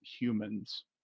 humans